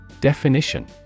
Definition